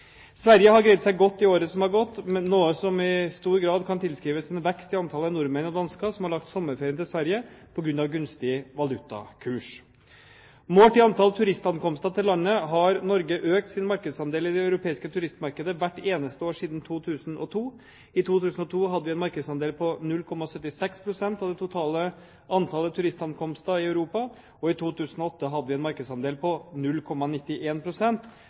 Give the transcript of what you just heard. Sverige har greid seg godt i året som har gått, noe som i stor grad kan tilskrives en vekst i antallet nordmenn og dansker som har lagt sommerferien til Sverige på grunn av gunstig valutakurs. Målt i antall turistankomster til landet har Norge økt sin markedsandel i det europeiske turistmarkedet hvert eneste år siden 2002. I 2002 hadde vi en markedsandel på 0,76 pst. av det totale antallet turistankomster i Europa. I 2008 hadde vi en markedsandel på